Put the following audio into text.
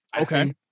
okay